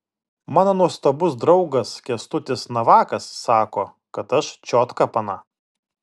mano nuostabus draugas kęstutis navakas sako kad aš čiotka pana